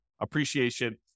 appreciation